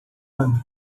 ano